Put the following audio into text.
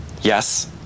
yes